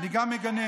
אתה רוקד על הדם.